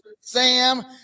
sam